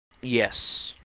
Yes